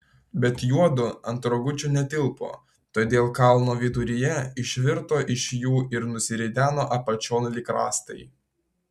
bet juodu ant rogučių netilpo todėl kalno viduryje išvirto iš jų ir nusirideno apačion lyg rąstai